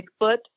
Bigfoot